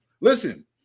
listen